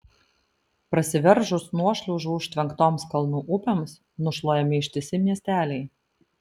prasiveržus nuošliaužų užtvenktoms kalnų upėms nušluojami ištisi miesteliai